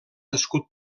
escut